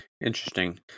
Interesting